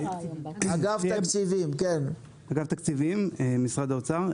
אגף תקציבים, משרד האוצר.